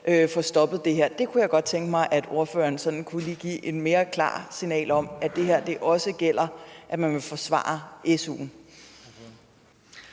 få stoppet det her. Det kunne jeg godt tænke mig ordføreren sådan lige kunne give et mere klart signal om og sige, at det her også gælder, at man vil forsvare SU'en.